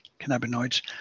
cannabinoids